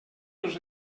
els